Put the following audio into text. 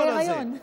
שהייתה בהיריון.